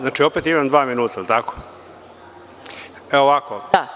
Znači, opet imam dva minuta, jel tako?